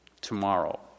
tomorrow